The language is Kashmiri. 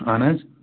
اَہَن حظ